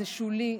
זה שולי,